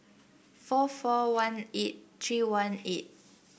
four four one eight three one eight